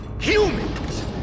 humans